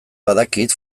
badakit